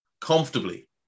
Comfortably